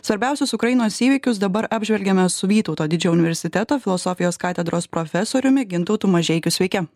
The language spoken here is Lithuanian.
svarbiausius ukrainos įvykius dabar apžvelgiame su vytauto didžiojo universiteto filosofijos katedros profesoriumi gintautu mažeikiu sveiki